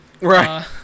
Right